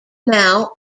now